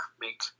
make